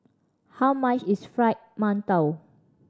how much is Fried Mantou